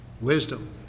wisdom